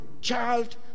child